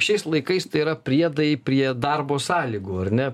šiais laikais tai yra priedai prie darbo sąlygų ar ne